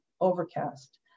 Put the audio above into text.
overcast